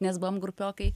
nes buvom grupiokai